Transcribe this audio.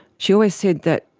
she always said that,